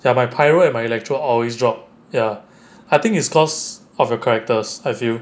ya my pyro and my electro always drop ya I think is cause of your character as you